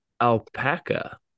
alpaca